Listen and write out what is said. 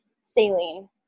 saline